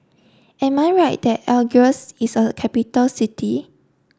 am I right that Algiers is a capital city